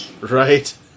Right